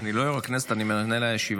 אני לא יו"ר הכנסת, אני מנהל הישיבה.